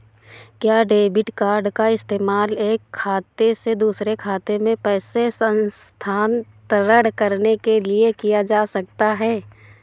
क्या debit card का इस्तेमाल एक खाते से दूसरे खाते में पैसे स्थानांतरण करने के लिए किया जा सकता है?